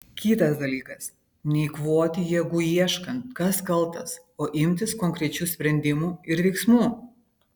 kitas dalykas neeikvoti jėgų ieškant kas kaltas o imtis konkrečių sprendimų ir veiksmų